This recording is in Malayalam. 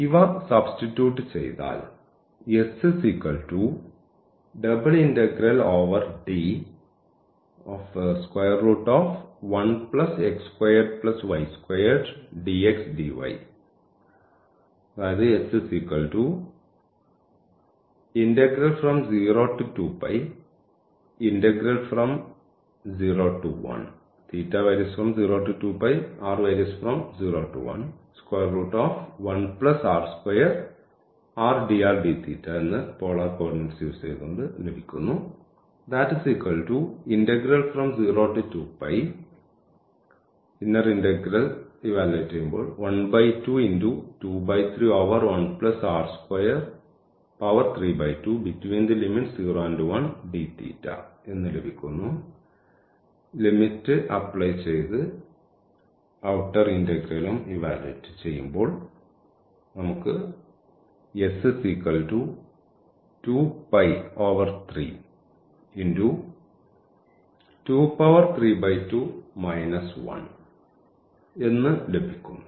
ഇവ സബ്സ്റ്റിറ്റ്യൂട്ട് ചെയ്താൽ എന്ന് ലഭിക്കുന്നു